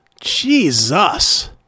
Jesus